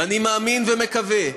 ואני מאמין ומקווה,